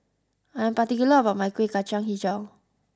I'm particular about my kueh kacang HiJau